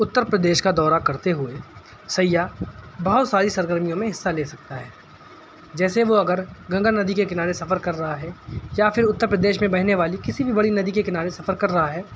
اتر پردیش کا دورہ کرتے ہوئے سیاح بہت ساری سرگرمیوں میں حصہ لے سکتا ہے جیسے وہ اگر گنگا ندی کے کنارے سفر کر رہا ہے یا پھر اتر پردیش میں بہنے والی کسی بھی بڑی ندی کے کنارے سفر کر رہا ہے